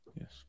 Yes